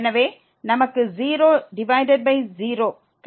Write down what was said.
எனவே நமக்கு 0 divided by 0 கிடைக்கிறது